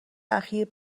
اخیر